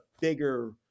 bigger